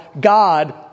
God